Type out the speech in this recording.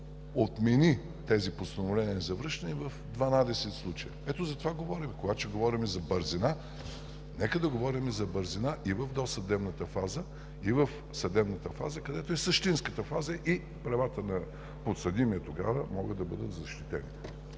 отмени тези постановения за връщане в дванадесет случая. Ето за това говорим – когато ще говорим за бързина, нека да говорим за бързина и в досъдебната фаза, и в съдебната фаза, където е същинската фаза, и тогава правата на подсъдимия могат да бъдат защитени.